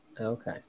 Okay